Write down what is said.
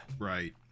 Right